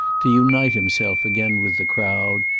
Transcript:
to unite himself again with the crowd,